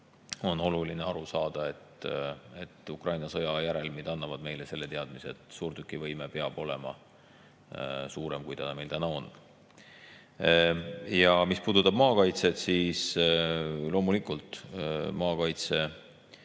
on oluline aru saada, et Ukraina sõda on andnud meile selle teadmise: suurtükivõime peab olema suurem, kui ta meil täna on. Mis puudutab maakaitset, siis loomulikult maakaitse